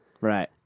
Right